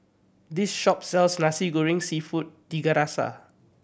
this shop sells Nasi Goreng Seafood Tiga Rasa